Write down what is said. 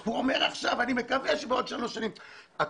והוא אומר עכשיו שהוא מקווה שבעוד שלוש שנים הוא יהיה.